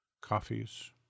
coffees